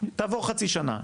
תעבור חצי שנה,